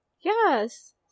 yes